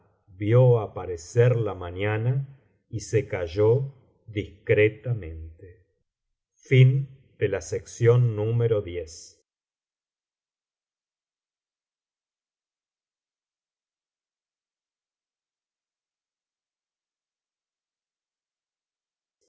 vio aparecer la mañana y se calló discretamente